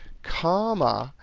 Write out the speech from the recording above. comma,